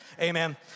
Amen